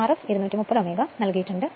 Rf 230 Ω ആയി നൽകിയിരിക്കുന്നു